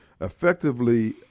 effectively